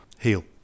Heel